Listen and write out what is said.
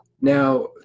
Now